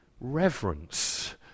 reverence